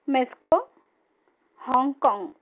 Mexico Hong Kong